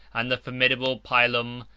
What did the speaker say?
and the formidable pilum,